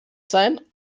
sein